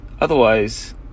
Otherwise